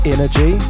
Energy